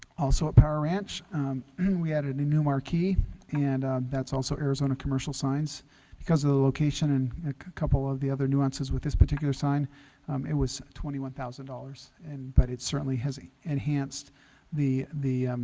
also at power ranch and we added and a new marquee and that's also arizona commercial signs because of the location and a couple of the other nuances with this particular sign it was twenty one thousand dollars and but it certainly has enhanced the the